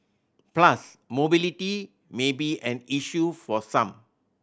plus mobility may be an issue for some